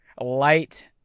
light